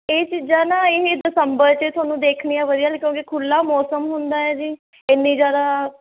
ਇਹ ਚੀਜ਼ਾਂ ਨਾ ਇਹ ਦਸੰਬਰ 'ਚ ਤੁਹਾਨੂੰ ਦੇਖਣੀਆਂ ਵਧੀਆ ਕਿਉਂਕਿ ਖੁੱਲ੍ਹਾ ਮੌਸਮ ਹੁੰਦਾ ਹੈ ਜੀ ਇੱਨੀ ਜ਼ਿਆਦਾ